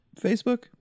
Facebook